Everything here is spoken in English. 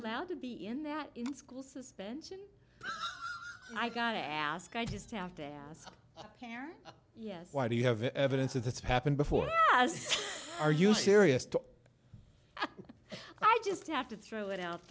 allowed to be in that in school suspension i gotta ask i just have to ask a parent yes why do you have evidence of this happened before are you serious to i just have to throw it out